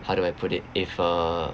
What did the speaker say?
how do I put it if uh